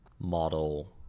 model